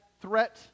threat